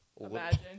Imagine